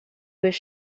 was